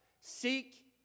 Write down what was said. seek